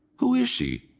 who is she,